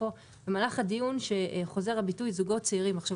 במהלך הדיון ראינו שהביטוי "זוגות צעירים" חוזר על עצמו.